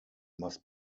must